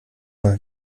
mal